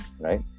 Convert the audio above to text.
Right